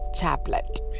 Chaplet